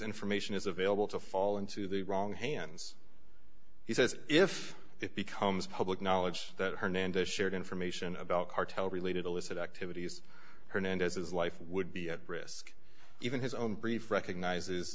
information is available to fall into the wrong hands he says if it becomes public knowledge that hernandez shared information about cartel related illicit activities hernandez's life would be at risk even his own brief recognizes